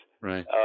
Right